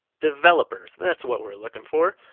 developers, that's what we're looking for.